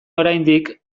oraindik